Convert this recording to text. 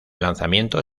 lanzamiento